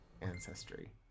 ancestry